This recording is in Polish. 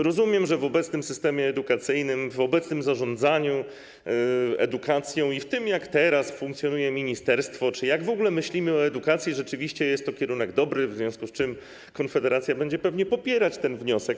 Rozumiem, że w obecnym systemie edukacyjnym, w obecnym zarządzaniu edukacją, w tym, jak teraz funkcjonuje ministerstwo, jeżeli chodzi o to, jak w ogóle myślimy o edukacji, rzeczywiście jest to kierunek dobry, w związku z czym Konfederacja będzie pewnie popierać ten wniosek.